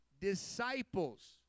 disciples